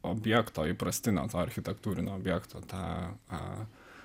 objekto įprastinio tp architektūrinio objekto tą a